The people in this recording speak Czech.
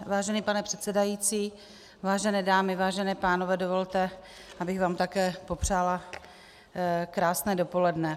Vážený pane předsedající, vážené dámy, vážení pánové, dovolte, abych vám také popřála krásné dopoledne.